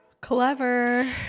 Clever